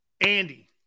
Andy